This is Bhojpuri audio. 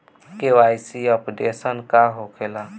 के.वाइ.सी अपडेशन का होखेला?